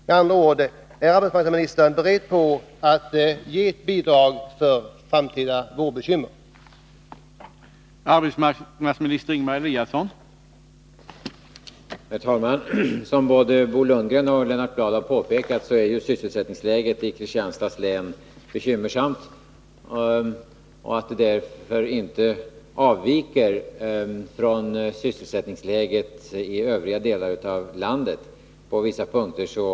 Med andra ord: Är arbetsmarknadsministern beredd att ge bidrag för att klara de framtida bekymren i Broby?